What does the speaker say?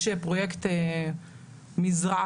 יש פרוייקט מזרעתק,